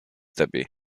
tabii